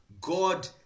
God